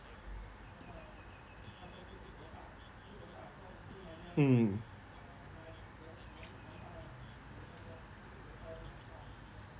mm